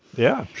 yeah.